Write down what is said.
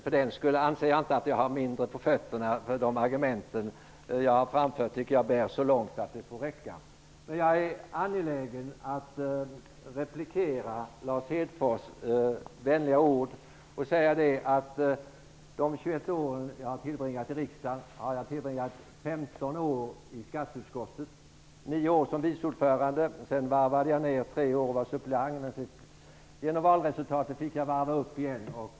För den skull anser jag inte att jag har mindre på fötterna, för de argument jag har framfört tycker jag bär så långt att det får räcka. Jag är angelägen att replikera Lars Hedfors vänliga ord och säga att av de 21 år jag har varit i riksdagen har jag tillbringat 15 år i skatteutskottet. Det blev 9 år som vice ordförande, sedan varvade jag ned tre år och var suppleant, men genom valresultatet fick jag varva upp igen.